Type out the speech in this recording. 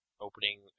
opening